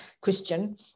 Christian